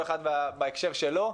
כל אחד בהקשר שלו.